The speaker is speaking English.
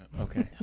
Okay